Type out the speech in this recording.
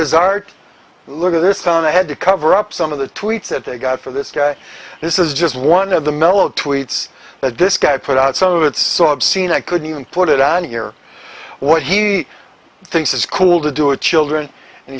his art look at this on the head to cover up some of the tweets that they got for this guy this is just one of the mellow tweets that this guy put out so it's so obscene i couldn't even put it on your what he thinks is cool to do a children and